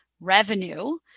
revenue